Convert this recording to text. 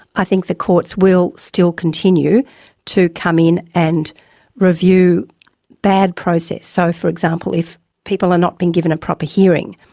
i think the courts will still continue to come in and review bad process. so, for example, if people are not being given a proper hearing,